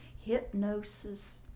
hypnosis